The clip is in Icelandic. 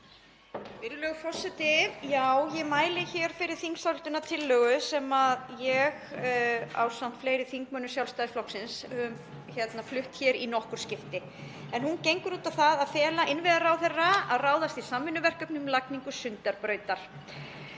Virðulegi forseti. Ég mæli hér fyrir þingsályktunartillögu sem ég, ásamt fleiri þingmönnum Sjálfstæðisflokksins, hef flutt hér í nokkur skipti. Hún gengur út á það að fela innviðaráðherra að ráðast í samvinnuverkefni um lagningu Sundabrautar.